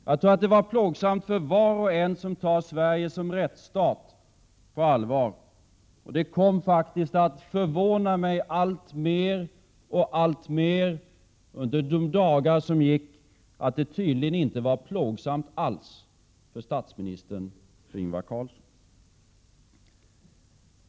Jag tror det var plågsamt för var och en som tar Sverige som en rättsstat på allvar. Men det kom att förvåna mig alltmer och mer för varje dag som gick att det tydligen inte var plågsamt alls för statsminister Ingvar Carlsson.